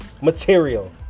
material